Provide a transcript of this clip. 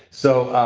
so